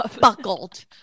buckled